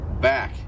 back